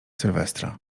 sylwestra